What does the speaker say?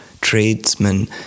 tradesmen